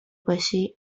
باشی